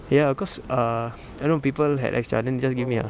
ya cause err I don't know people had extra then they just give me ah